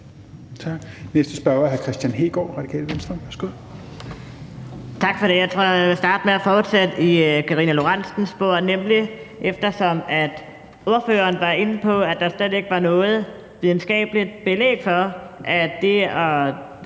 Tak for det. Jeg tror, jeg vil starte med at fortsætte i Karina Lorentzen Dehnhardts spor. Ordføreren var inde på, at der slet ikke er noget videnskabeligt belæg for, at det at